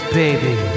baby